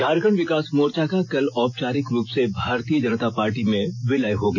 झारखंड विकास मोर्चा का कल औपचारिक रूप से भारतीय जनता पार्टी में विलय हो गया